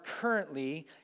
currently